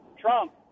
Trump